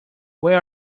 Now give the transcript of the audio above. where